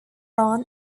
ron